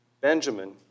Benjamin